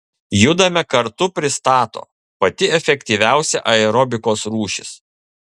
judame kartu pristato pati efektyviausia aerobikos rūšis